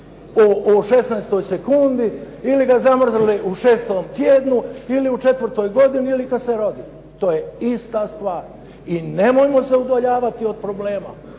u 16 sekundi ili ga zamrznuli u 6 tjednu ili u 4 godini ili kad se rodi. To je ista stvar i nemojmo se udaljavati od problema.